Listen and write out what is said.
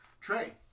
Trey